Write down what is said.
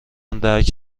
درک